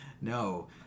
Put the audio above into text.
No